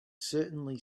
certainly